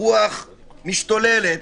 הרוח משתוללת,